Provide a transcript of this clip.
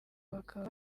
bakaba